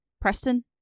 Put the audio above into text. Preston